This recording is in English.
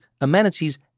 amenities